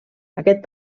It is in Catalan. aquest